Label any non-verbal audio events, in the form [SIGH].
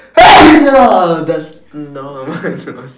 [NOISE] that's [LAUGHS]